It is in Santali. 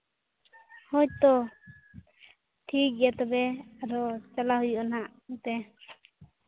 ᱦᱳᱭ ᱛᱚ ᱴᱷᱤᱠ ᱜᱮᱭᱟ ᱛᱚᱵᱮ ᱟᱨᱚ ᱪᱟᱞᱟᱣ ᱦᱩᱭᱩᱜᱼᱟ ᱱᱟᱦᱟᱸᱜ ᱚᱱᱛᱮ